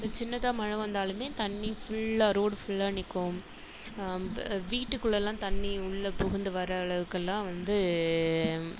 சின்னதாக மழை வந்தாலுமே தண்ணி ஃபுல்லாக ரோடு ஃபுல்லாக நிற்கும் வீட்டுக்குள்ளேலாம் தண்ணி உள்ள புகுந்து வர அளவுக்கெலாம் வந்து